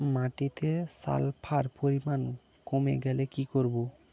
মাটিতে সালফার পরিমাণ কমে গেলে কি করব?